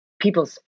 people's